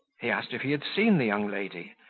he asked if he had seen the young lady,